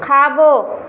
खाॿो